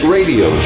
Radio